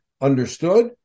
understood